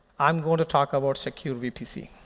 i'm going to talk about secure vpc.